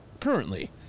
currently